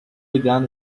begun